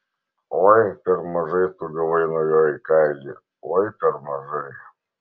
oi per mažai tu gavai nuo jo į kailį oi per mažai